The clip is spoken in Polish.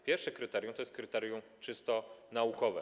Pierwsze kryterium to jest kryterium czysto naukowe.